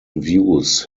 views